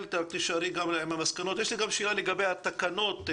יש לי גם שאלה לגבי התקנות.